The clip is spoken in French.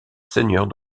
seigneurs